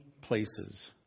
places